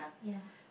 yeah